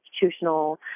constitutional